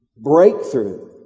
breakthrough